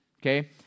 okay